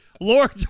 Lord